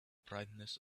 brightness